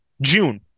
June